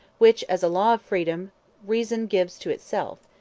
which as a law of freedom reason gives to itself,